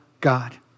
God